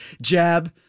jab